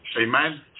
amen